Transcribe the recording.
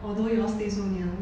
although you all stay so near